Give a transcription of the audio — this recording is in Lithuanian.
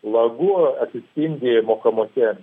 lagu atsipindi mokamose